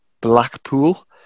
Blackpool